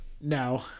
No